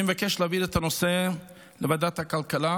אני מבקש להביא את הנושא לוועדת הכלכלה